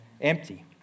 empty